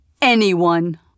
anyone